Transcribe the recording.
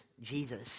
Jesus